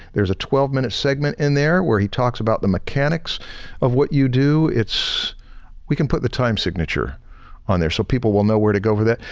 there's a twelve minute segment in there where he talks about the mechanics of what you do. it's we can put the time signature on there so people will know where to go for that.